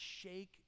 shake